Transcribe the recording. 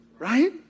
Right